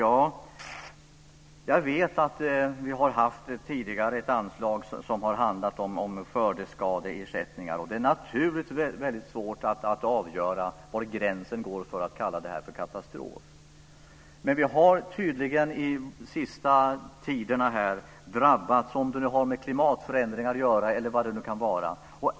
Ja, jag vet att vi tidigare har haft ett anslag som har handlat om skördeskadeersättningar, och det är naturligtvis väldigt svårt att avgöra var gränsen går för att kalla det här för katastrof. Men vi har tydligen under sista tiden drabbats - om det nu har med klimatförändringar att göra eller vad det nu kan vara.